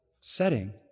setting